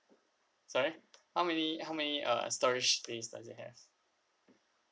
sorry how many how many uh storage space does it has